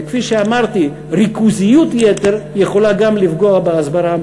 וכפי שאמרתי: ריכוזיות יתר יכולה גם לפגוע בהסברה,